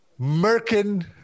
Merkin